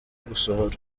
gusohora